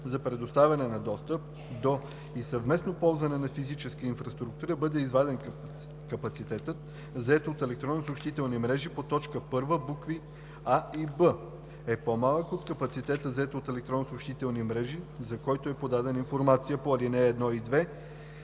за предоставяне на достъп до и съвместно ползване на физическата инфраструктура, бъде изваден капацитетът, зает от електронни съобщителни мрежи по т. 1, букви „а“ и „б“, е по-малък от капацитета, зает от електронни съобщителни мрежи, за които е подадена информация по ал. 1